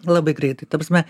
labai greitai ta prasme